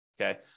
Okay